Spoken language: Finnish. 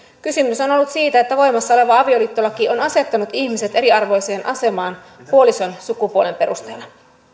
kysymys on ollut siitä että voimassa oleva avioliittolaki on asettanut ihmiset eriarvoiseen asemaan puolison sukupuolen perusteella